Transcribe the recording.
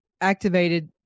activated